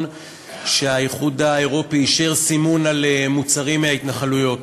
שהאיחוד האירופי אישר סימון מוצרים מההתנחלויות.